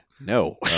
No